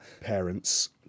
parents